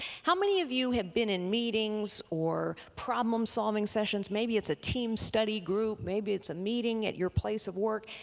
how many of you have been in meetings or problem solving sessions, maybe it's a team study group, maybe it's a meeting at your place of work,